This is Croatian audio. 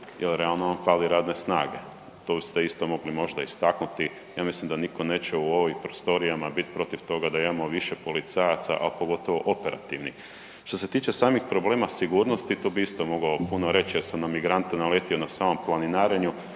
jer realno vam fali radne snage. To ste isto mogli možda istaknuti, ja mislim da nitko neće u ovim prostorijama bit protiv toga da imamo više policajaca, a pogotovo operativnih. Što se tiče samih problema sigurnosti, to bi isto mogao puno reći jer sam na migrante naletio na samom planinarenju,